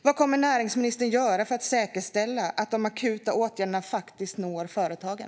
Vad kommer näringsministern att göra för att säkerställa att de akuta åtgärderna faktiskt når företagen?